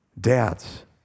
Dads